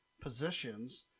positions